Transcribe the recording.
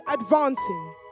advancing